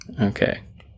Okay